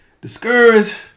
discouraged